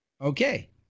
okay